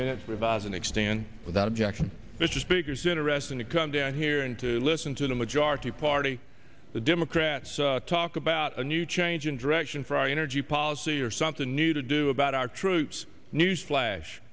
minute revise and extend without objection that the speaker's interestingly come down here and to listen to the majority party the democrats talk about a new change in direction for our energy policy or something new to do about our troops newsflash